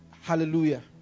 Hallelujah